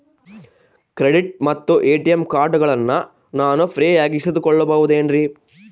Credit ಮತ್ತ ATM ಕಾರ್ಡಗಳನ್ನ ನಾನು ಫ್ರೇಯಾಗಿ ಇಸಿದುಕೊಳ್ಳಬಹುದೇನ್ರಿ?